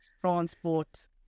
transport